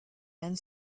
and